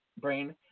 brain